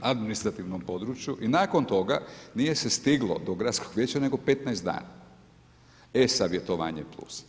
administrativnom području i nakon toga nije se stiglo do gradskog vijeća nego 15 dana, e-savjetovanje plus.